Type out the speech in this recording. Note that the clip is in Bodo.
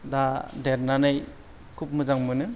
दा देरनानै खुब मोजां मोनो